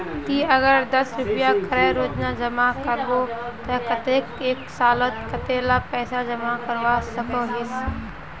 ती अगर दस रुपया करे रोजाना जमा करबो ते कतेक एक सालोत कतेला पैसा जमा करवा सकोहिस?